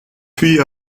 puis